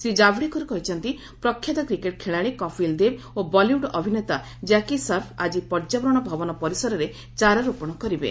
ଶ୍ରୀ ଜାଭଡେକର କହିଛନ୍ତି ପ୍ରଖ୍ୟାତ କ୍ରିକେଟ୍ ଖେଳାଳି କପିଲ୍ ଦେବ ଓ ବଲିଉଡ୍ ଅଭିନେତା କ୍ୟାକି ସର୍ଫ ଆଜି ପର୍ଯ୍ୟାବରଣ ଭବନ ପରିସରରେ ଚାରା ରୋପଣ କରିବେ